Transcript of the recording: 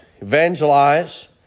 evangelize